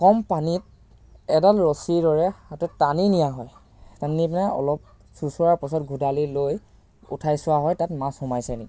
কম পানীত এডাল ৰছীৰ দৰে হাতত টানি নিয়া হয় টানি নি পিনে অলপ চোচোৰাৰ পাছত ঘোদালি লৈ উঠাই চোৱা হয় তাত মাছ সোমাইছে নেকি